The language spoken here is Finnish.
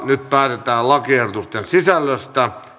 nyt päätetään lakiehdotuksen sisällöstä